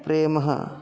प्रेमः